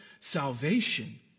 salvation